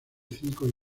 cinco